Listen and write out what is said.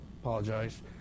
apologize